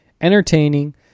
Entertaining